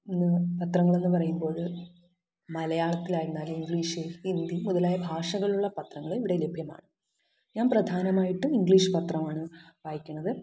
ഇന്ന് പത്രങ്ങളെന്ന് പറയുമ്പോൾ മലയാളത്തിലായിരുന്നാലും ഇംഗ്ലീഷ് ഹിന്ദി മുതലായ ഭാഷകളിലുള്ള പത്രങ്ങളും ഇവിടെ ലഭ്യമാണ് ഞാൻ പ്രധാനമായിട്ടും ഇംഗ്ലീഷ് പത്രമാണ് വായിക്കുന്നത്